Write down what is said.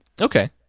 Okay